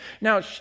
Now